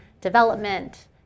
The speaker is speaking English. development